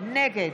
נגד